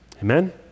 Amen